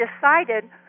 decided